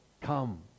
Come